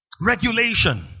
Regulation